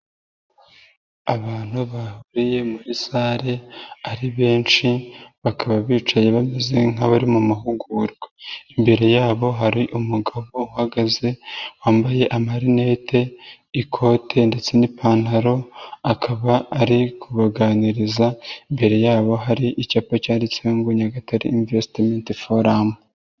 Abantu bahuriye muri sale ari benshi bakaba bicaye bameze nk'abari mu mahugurwa, imbere yabo hari umugabo uhagaze wambaye amarinete, ikote ndetse n'ipantaro akaba ari kubaganiriza, imbere yabo hari icyapa cyanditseho ngo Nyagatare invesitimenti foramu.